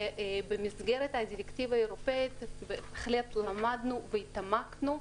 ובמסגרת הדירקטיבה האירופאית בהחלט עמדנו והתעמקנו,